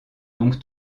donc